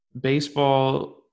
baseball